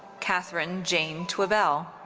katherine jane twibell.